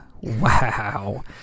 wow